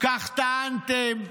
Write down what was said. כך טענתם,